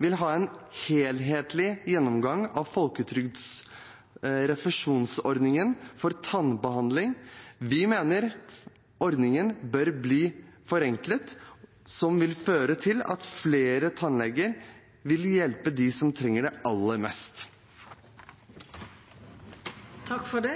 vil ha en helhetlig gjennomgang av folketrygdens refusjonsordning for tannbehandling. Vi mener ordningen bør bli forenklet, noe som vil føre til at vi får flere tannleger som kan hjelpe dem som trenger det aller mest. Flere